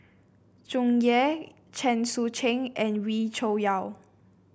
Tsung Yeh Chen Sucheng and Wee Cho Yaw